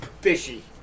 Fishy